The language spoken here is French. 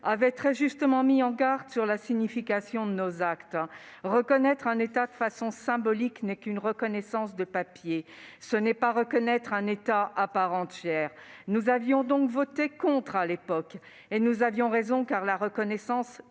avait très justement mis en garde sur la signification de nos actes : reconnaître un État de façon symbolique n'est qu'une reconnaissance de « papier »; ce n'est pas reconnaître un État à part entière. Nous avions donc voté contre. Et nous avions raison, car la reconnaissance